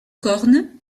cornes